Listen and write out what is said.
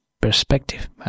perspective